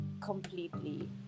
completely